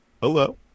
Hello